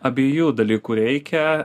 abiejų dalykų reikia